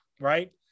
right